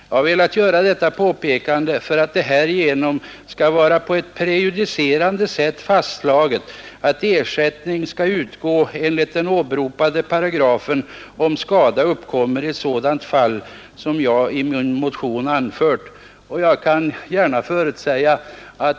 Jag har velat göra detta påpekande för att det härigenom skall vara på ett prejudicerande sätt fastslaget att ersättning skall utgå enligt den åberopade paragrafen om skada uppkommer i sådant fall som jag i min motion anfört.